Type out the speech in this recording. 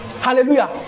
Hallelujah